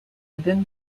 within